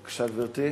בבקשה, גברתי.